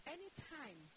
Anytime